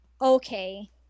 Okay